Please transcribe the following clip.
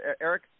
Eric